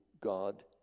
God